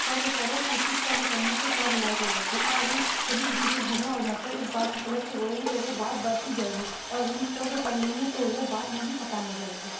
صبر کرو کیونکہ صبر کرنے سے سو بلائیں ٹل جاتی ہیں اور اگر کبھی کسی سے جھگڑا ہو جاتا ہے اُس بات کو پلٹ کے بولیں تو نہ وہ بات بڑھتی جائے گی اور اگر ہم صبر کرلیں گے تو وہ بات وہیں ختم ہو جائے گی